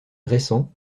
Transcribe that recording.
récent